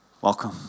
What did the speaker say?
Welcome